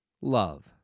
Love